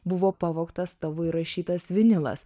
buvo pavogtas tavo įrašytas vinilas